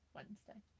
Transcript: Wednesday